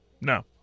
No